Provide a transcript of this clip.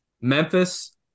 Memphis